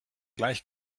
gleich